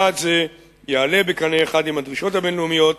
יעד זה יעלה בקנה אחד עם הדרישות הבין-לאומיות